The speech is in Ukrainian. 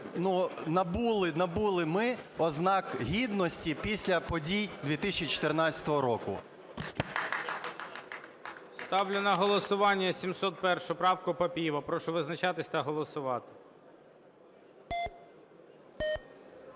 набули ми ознак гідності після подій 2014 року. ГОЛОВУЮЧИЙ. Ставлю на голосування 701 правку Папієва. Прошу визначатися та голосувати.